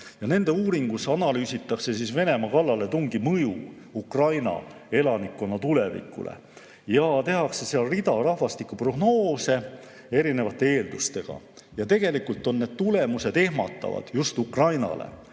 Hill Kulu – analüüsitakse Venemaa kallaletungi mõju Ukraina elanikkonna tulevikule ja tehakse seal rida rahvastikuprognoose erinevate eeldustega. Tegelikult on need tulemused ehmatavad just Ukrainale.